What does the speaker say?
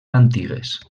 antigues